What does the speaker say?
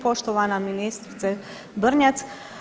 Poštovana ministrice Brnjac.